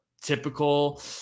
typical